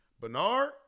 Bernard